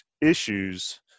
issues